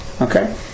Okay